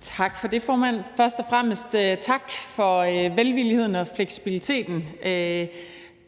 Tak for det, formand, og først og fremmest tak for velvilligheden og fleksibiliteten.